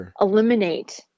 eliminate